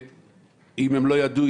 אם הם לא ידעו,